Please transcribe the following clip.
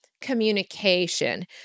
communication